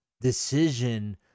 decision